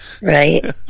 Right